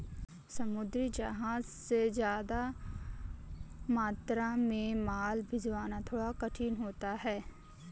समुद्री जहाज से ज्यादा मात्रा में माल भिजवाना थोड़ा कठिन होता है